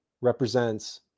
represents